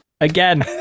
again